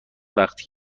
وقت